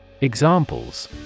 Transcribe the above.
Examples